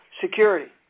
security